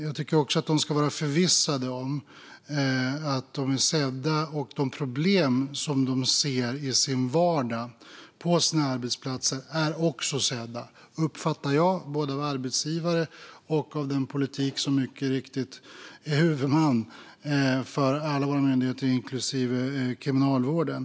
Jag tycker också att de ska vara förvissade om att de är sedda och att de problem som de ser i sin vardag, på sina arbetsplatser, också är sedda, som jag uppfattar det både av arbetsgivare och av den politik som mycket riktigt är huvudman för alla våra myndigheter, inklusive Kriminalvården.